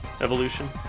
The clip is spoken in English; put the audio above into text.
evolution